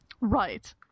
Right